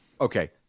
Okay